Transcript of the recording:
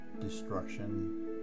destruction